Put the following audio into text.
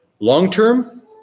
Long-term